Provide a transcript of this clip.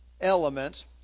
element